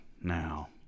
Now